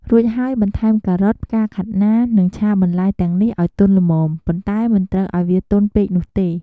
រួចហើយបន្ថែមការ៉ុត ផ្កាខាត់ណា និងឆាបន្លែទាំងនេះឱ្យទន់ល្មម ប៉ុន្តែមិនត្រូវឱ្យវាទន់ពេកនោះទេ។